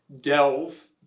delve